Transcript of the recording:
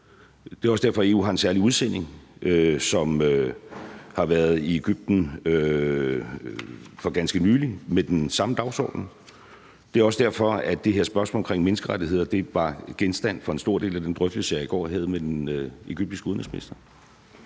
Det er også derfor, at EU har en særlig udsending, som har været i Egypten for ganske nylig med den samme dagsorden. Det er også derfor, at det her spørgsmål om menneskerettigheder var genstand for en stor del af den drøftelse, jeg i går havde med den egyptiske udenrigsminister.